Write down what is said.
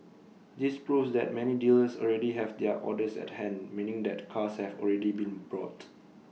this proves that many dealers already have their orders at hand meaning that cars have already been brought